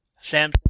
Sam